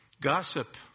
Gossip